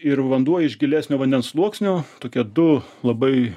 ir vanduo iš gilesnio vandens sluoksnio tokie du labai